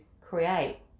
create